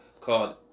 called